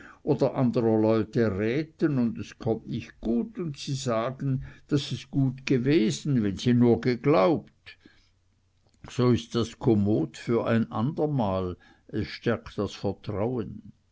oder anderer leute räten und es kommt nicht gut und sie sagen daß es gut gewesen wenn sie nur geglaubt so ist das kommod für ein andermal es stärkt das vertrauen